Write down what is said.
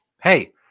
Hey